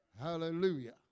Hallelujah